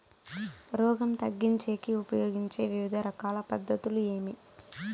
రోగం తగ్గించేకి ఉపయోగించే వివిధ రకాల పద్ధతులు ఏమి?